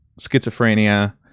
schizophrenia